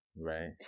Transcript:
Right